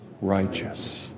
Righteous